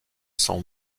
sans